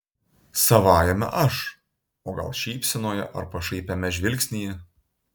savajame aš o gal šypsenoje ar pašaipiame žvilgsnyje